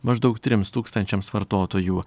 maždaug trims tūkstančiams vartotojų